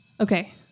okay